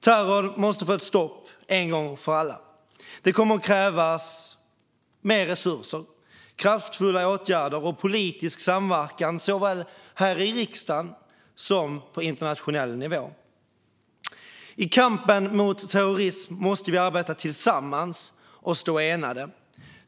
Terrorn måste få ett stopp en gång för alla. Det kommer att krävas resurser, kraftfulla åtgärder och politisk samverkan såväl här i riksdagen som på internationell nivå. I kampen mot terrorism måste vi arbeta tillsammans och stå enade.